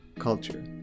Culture